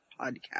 podcast